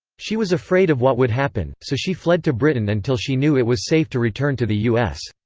she was afraid of what would happen, so she fled to britain until she knew it was safe to return to the us.